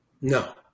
No